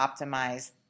optimize